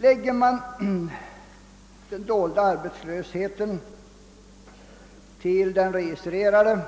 Lägger man den dolda arbetslösheten till den registrerade,